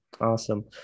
Awesome